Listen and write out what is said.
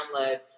download